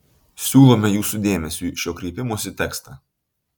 siūlome jūsų dėmesiui šio kreipimosi tekstą